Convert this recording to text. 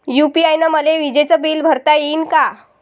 UPI न मले विजेचं बिल भरता यीन का?